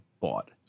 bought